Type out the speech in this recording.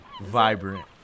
vibrant